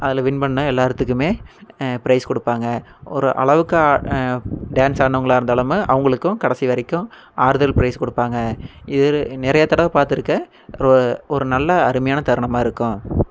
அதில் வின் பண்ண எல்லாத்துக்குமே ப்ரைஸ் கொடுப்பாங்க ஒரு அளவுக்கு டான்ஸ் ஆடுனவங்களாக இருந்தாலுமே அவங்களுக்கும் கடைசி வரைக்கும் ஆறுதல் ப்ரைஸ் கொடுப்பாங்க இது நிறையா தடவை பார்த்துருக்கேன் ஒரு ஒரு நல்ல அருமையான தருணமாக இருக்கும்